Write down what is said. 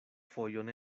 fojon